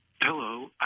hello